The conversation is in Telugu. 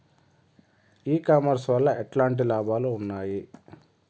ఈ కామర్స్ వల్ల ఎట్లాంటి లాభాలు ఉన్నాయి?